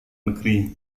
negeri